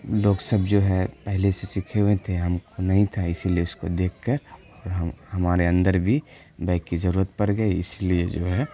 لوگ سب جو ہے پہلے سے سیکھے ہوئے تھے ہم کو نہیں تھا اسی لیے اس کو دیکھ کر اور ہم ہمارے اندر بھی بیک کی ضرورت پڑ گئی اس لیے جو ہے